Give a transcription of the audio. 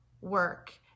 work